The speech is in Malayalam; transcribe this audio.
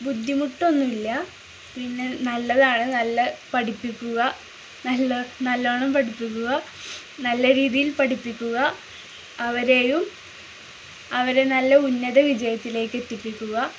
ബുദ്ധിമുട്ടൊന്നുമില്ല പിന്നെ നല്ലതാണ് നല്ല പഠിപ്പിക്കുക നല്ല നല്ലവണ്ണം പഠിപ്പിക്കുക നല്ല രീതിയിൽ പഠിപ്പിക്കുക അവരെയും അവരെ നല്ല ഉന്നത വിജയത്തിലേക്ക് എത്തിപ്പിക്കുക